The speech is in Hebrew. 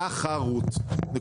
זה תחרות.